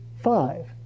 five